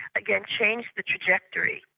again changed the trajectory,